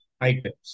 items